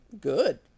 good